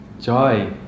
joy